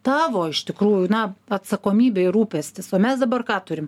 tavo iš tikrųjų na atsakomybė ir rūpestis o mes dabar ką turim